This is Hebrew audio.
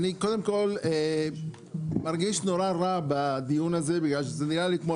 קודם כל אני מרגיש נורא רע בדיון הזה בגלל שזה נראה לי כמו